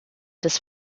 des